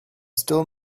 still